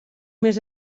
més